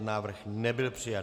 Návrh nebyl přijat.